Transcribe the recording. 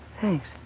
Thanks